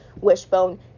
wishbone